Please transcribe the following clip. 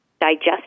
digest